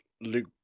Luke